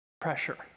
pressure